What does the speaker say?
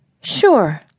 sure